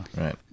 Right